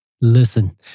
Listen